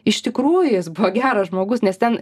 iš tikrųjų jis buvo geras žmogus nes ten